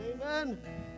Amen